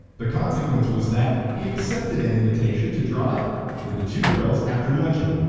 the consequence was that he accepted an invitation to drive with the two girls after luncheon,